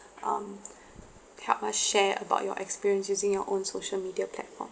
um help us share about your experience using your own social media platform